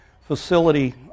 facility